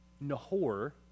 Nahor